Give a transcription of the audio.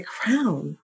crown